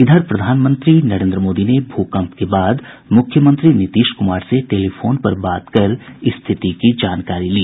इधर प्रधानमंत्री नरेन्द्र मोदी ने भूकंप के बाद मुख्यमंत्री नीतीश कुमार से टेलीफोन पर बात कर स्थिति की जानकारी ली